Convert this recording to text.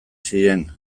ziren